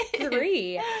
three